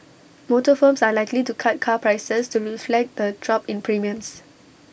motor firms are likely to cut car prices to reflect the drop in premiums